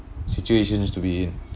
situations to be